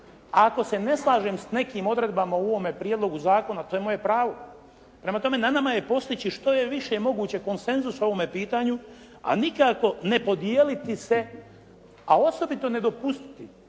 Ako se ne slažem sa nekim odredbama u ovom prijedlogu zakona to je moje pravo. Prema tome, na nama je postići što je više moguće konsenzus o ovome pitanju, a nikako ne podijeliti se, a osobito ne dopustiti